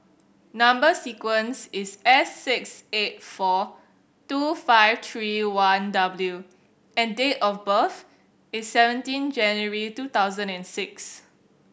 number sequence is S six eight four two five three one W and date of birth is seventeen January two thousand and six